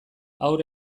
haur